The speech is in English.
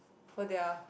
for their